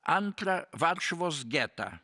antra varšuvos getą